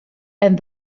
and